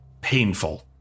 painful